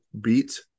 beat